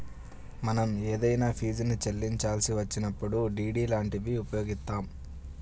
మనం ఏదైనా ఫీజుని చెల్లించాల్సి వచ్చినప్పుడు డి.డి లాంటివి ఉపయోగిత్తాం